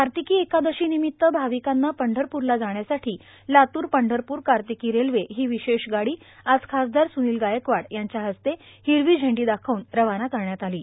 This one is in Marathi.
कार्यातका एकादशी र्नामत्त भर्मावकांना पंढरपूरला जाण्यासाठी लातूर पंढरपूर कर्यातका रेल्वे ही विशेष गाडी आज खासदार सुनील गायकवाड यांच्या हस्ते ाहरवी झडी दाखवून रवाना करण्यात आलो